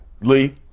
Lee